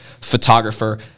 photographer